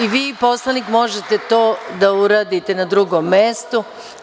I vi i poslanik možete to da uradite na drugom mestu.